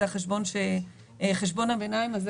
זה חשבון הביניים הזה,